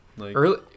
early